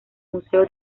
museo